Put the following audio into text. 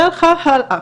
והלכה הלאה.